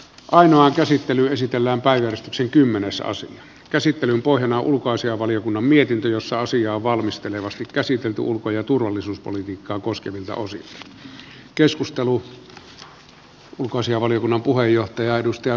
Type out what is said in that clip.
ainoa käsittely esitellään päivystyksen kymmenesosa käsittelyn pohjana on ulkoasiainvaliokunnan mietintö jossa asiaa on valmistelevasti käsitelty ulko ja turvallisuuspolitiikkaa koskevilta osilta